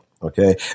Okay